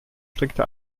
strickte